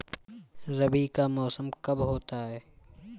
रबी का मौसम कब होता हैं?